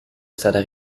stata